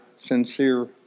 sincere